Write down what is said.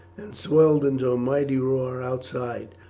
and swelled into a mighty roar outside,